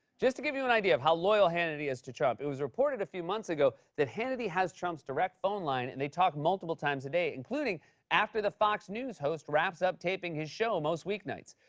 just to give you an idea of how loyal hannity is to trump, it was reported a few months ago that hannity has trump's direct phone line and they talk multiple times a day, including after the fox news host wraps up taping his show most weeknights.